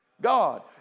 God